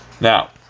Now